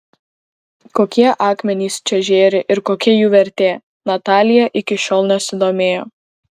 kokie akmenys čia žėri ir kokia jų vertė natalija iki šiol nesidomėjo